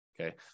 Okay